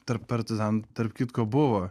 tarp partizanų tarp kitko buvo